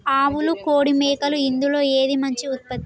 ఆవులు కోడి మేకలు ఇందులో ఏది మంచి ఉత్పత్తి?